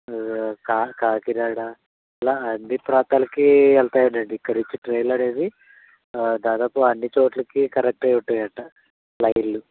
కా కాకినాడ ఇలా అన్ని ప్రాంతాలకు వెళ్తాయండి ఇక్కడ నుంచి ట్రైన్లనేవి దాదాపుగా అన్ని చోట్లకి కరెక్ట్గా ఉంటాయనమాట అలాగే